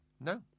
No